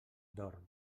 dorm